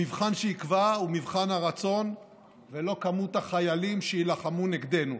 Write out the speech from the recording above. המבחן שיקבע הוא מבחן הרצון ולא כמות החיילים שיילחמו נגדנו.